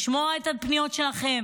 לשמוע את הפניות שלכם,